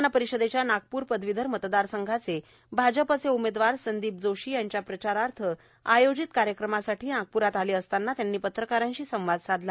विधानपरिषदेच्या नागप्र पदवीधर मतदार संघाचे भाजपचे उमेदवार संदीप जोशी यांच्या प्रचारार्थ आयोजित कार्यक्रमासाठी ते नागप्रात आले असता त्यांनी पत्रकारांशी संवाद साधला